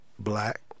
black